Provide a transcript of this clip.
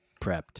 prepped